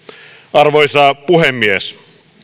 arvoisa puhemies